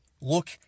look